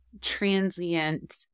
transient